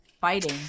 fighting